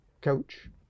coach